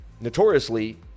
notoriously